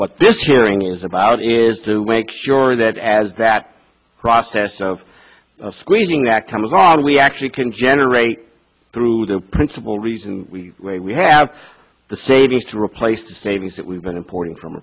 what this hearing is about is to make sure that as that process of screening that comes along we actually can generate through the principal reason we have the savings to replace the savings that we've been importing from